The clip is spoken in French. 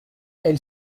elle